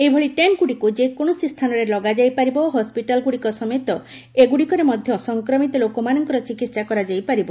ଏଭଳି ଟେଷ୍ଟ୍ଗୁଡ଼ିକୁ ଯେକୌଣସି ସ୍ଥାନରେ ଲଗାଯାଇପାରିବ ଓ ହସ୍ୱିଟାଲ୍ଗୁଡ଼ିକ ସମେତ ଏଗୁଡ଼ିକରେ ମଧ୍ୟ ସଂକ୍ରମିତ ଲୋକମାନଙ୍କର ଚିକିତ୍ସା କରାଯାଇପାରିବ